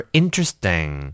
interesting